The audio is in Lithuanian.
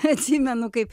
atsimenu kaip